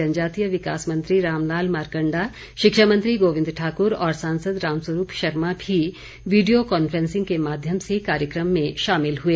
जनजातीय विकास मंत्री रामलाल मारकंडा शिक्षा मंत्री गोविंद ठाक्र और सांसद रामस्वरूप शर्मा भी वीडियो कांफ्रेंसिंग के माध्यम से कार्यक्रम में शामिल हुए